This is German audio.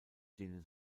denen